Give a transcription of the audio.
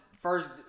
First